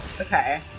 Okay